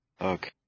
Okay